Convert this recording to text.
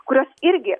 kurios irgi